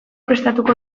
prestatuko